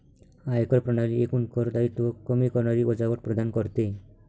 आयकर प्रणाली एकूण कर दायित्व कमी करणारी वजावट प्रदान करते